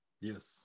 Yes